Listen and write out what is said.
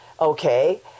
Okay